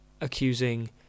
accusing